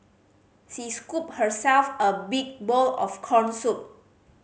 she scooped herself a big bowl of corn soup